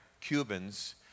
Cubans